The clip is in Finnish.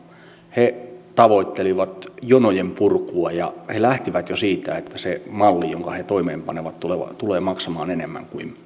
he tavoittelivat jonojen purkua ja he lähtivät jo siitä että se malli jonka he toimeenpanevat tulee maksamaan enemmän kuin